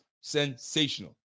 sensational